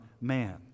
man